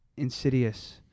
Insidious